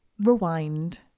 rewind